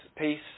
peace